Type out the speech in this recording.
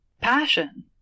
Passion